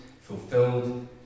fulfilled